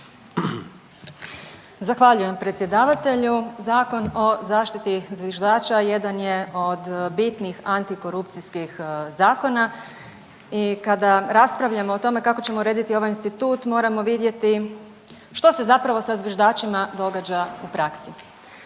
Zahvaljujem predsjedavatelju. Zakon o zaštiti zviždača jedan je od bitnih antikorupcijskih zakona i kada raspravljamo o tome kako ćemo urediti ovaj institut moramo vidjeti što se zapravo sa zviždačima događa u praksi.